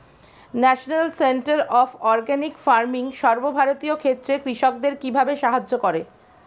National centre of organic farming সর্বভারতীয় ক্ষেত্রে কৃষকদের কিভাবে সাহায্য করে?